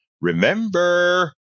Remember